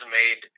made